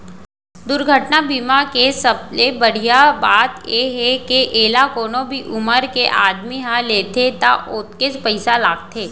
दुरघटना बीमा के सबले बड़िहा बात ए हे के एला कोनो भी उमर के आदमी ह लेथे त ओतकेच पइसा लागथे